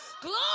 Glory